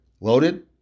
loaded